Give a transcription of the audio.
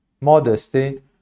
modesty